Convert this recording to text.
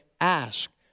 ask